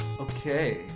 Okay